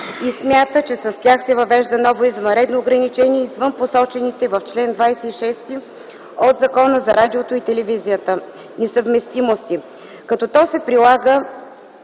и смята, че с тях се въвежда ново извънредно ограничение извън посочените в чл. 26 от Закона за радиото и телевизията несъвместимости, като то се прилага